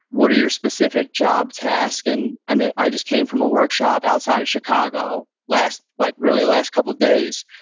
what are your specific job tasks and i mean, i just came from a workshop outside of chicago last, like really last couple of days.